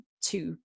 two